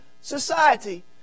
society